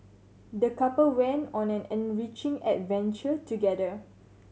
the couple went on an enriching adventure together